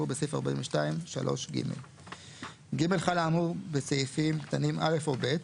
בסעיף 42(3)(ג); (ג) חל האמור בסעיפים קטנים (א) או (ב),